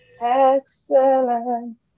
excellent